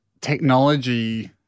technology